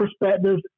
perspectives